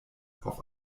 auf